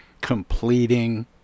completing